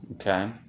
Okay